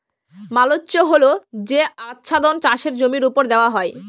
mulch হল যে আচ্ছাদন চাষের জমির ওপর দেওয়া হয়